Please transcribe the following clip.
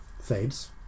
fades